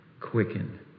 quicken